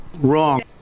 Wrong